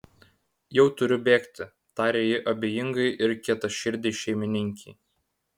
jau turiu bėgti tarė ji abejingai ir kietaširdei šeimininkei